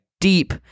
deep